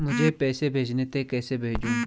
मुझे पैसे भेजने थे कैसे भेजूँ?